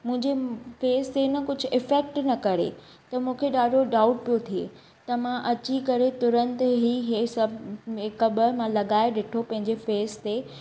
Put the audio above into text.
मुंहिंजे फेस ते न कुझु इफैक्ट न करे त मूंखे ॾाढो डाउट पियो थिए त मां अची करे तुरंत ई हे सभु मेकअब मां लॻाए डिठो पंहिंजे फेस ते